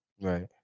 Right